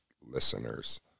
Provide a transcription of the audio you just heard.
listeners